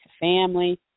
family